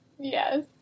Yes